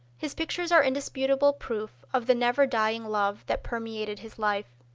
his pictures are indisputable proof of the never-dying love that permeated his life.